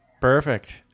Perfect